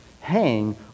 hang